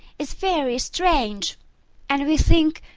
is very strange and, we think,